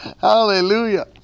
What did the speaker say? Hallelujah